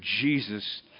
Jesus